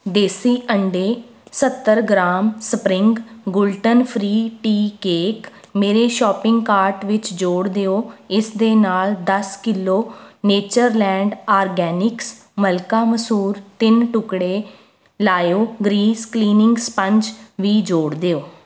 ਦੇਸੀ ਅੰਡੇ ਸੱਤਰ gram spring gluten free tea cake ਮੇਰੇ ਸ਼ੋਪਿੰਗ ਕਾਰਟ ਵਿੱਚ ਜੋੜ ਦਿਓ ਇਸ ਦੇ ਨਾਲ ਦਸ ਕਿੱਲੋ ਨੇਚਰਲੈਂਡ ਆਰਗੈਨਿਕਸ ਮਲਕਾ ਮਸੂਰ ਤਿੰਨ ਟੁਕੜੇ ਲਾਇਓ ਗਰੀਸ ਕਲੀਨਿੰਗ ਸਪੰਚ ਵੀ ਜੋੜ ਦਿਓ